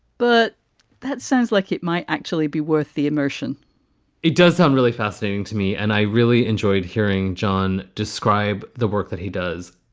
but that sounds like it might actually be worth the immersion it does sound really fascinating to me and i really enjoyed hearing jon describe the work that he does,